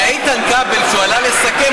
כשאיתן כבל עלה לסכם,